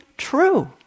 true